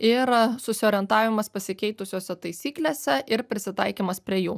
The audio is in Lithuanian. ir susiorientavimas pasikeitusiose taisyklėse ir prisitaikymas prie jų